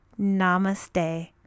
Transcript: Namaste